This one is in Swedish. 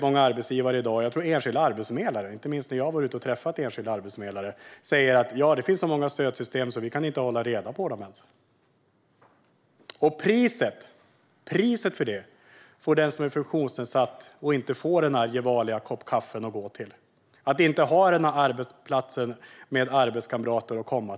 Många arbetsgivare - jag tror till och med enskilda arbetsförmedlare, i alla fall som jag har träffat - säger i dag att det finns så många stödsystem att det inte ens går att hålla reda på dem. Priset för det får den som är funktionsnedsatt betala, när man inte får det där Gevaliakaffet; man får inte komma till den där arbetsplatsen med arbetskamrater.